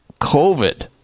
COVID